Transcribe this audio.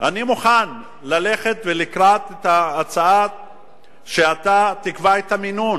אני מוכן ללכת לקראת ההצעה שאתה תקבע את המינון.